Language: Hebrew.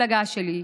ראש המפלגה שלי,